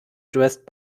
dressed